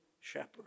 shepherd